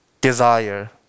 desire